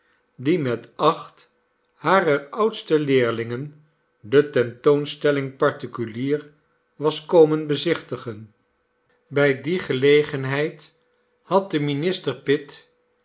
die met acht harer oudste leerlingen de tentoonstelling particulier was komen bezichtigen bij die gelegenheid had de minister